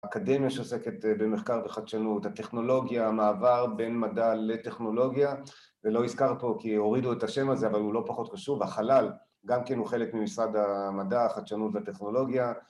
‫אקדמיה שעוסקת במחקר וחדשנות, ‫הטכנולוגיה, ‫המעבר בין מדע לטכנולוגיה, ‫ולא אזכר פה כי הורידו את השם הזה, ‫אבל הוא לא פחות חשוב, החלל גם כן הוא חלק ממשרד המדע, ‫החדשנות והטכנולוגיה.